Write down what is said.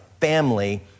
family